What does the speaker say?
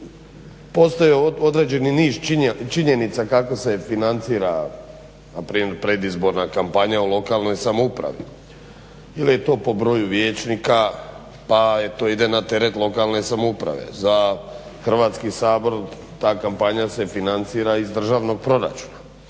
postoje određeni niz činjenica kako se financira predizborna kampanja u lokalnoj samoupravi ili je to po broj vijećnika pa ide na teret lokalne samouprave, za Hrvatski sabor ta kampanja se financira iz državnog proračuna.